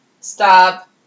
Stop